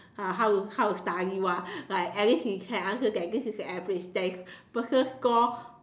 uh how how to study [one] at least he can answer that this is the average there is a person score